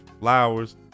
flowers